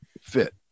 fit